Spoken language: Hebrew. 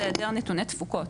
זה היעדר נתוני תפוקות,